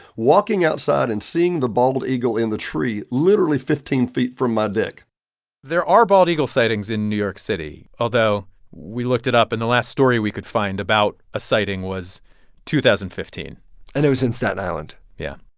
walking outside and seeing the bald eagle in the tree literally fifteen feet from my deck there are bald eagle sightings in new york city, although we looked it up and the last story we could find about a sighting was two thousand and fifteen point and it was in staten island yeah